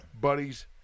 Buddies